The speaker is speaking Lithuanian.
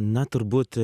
na turbūt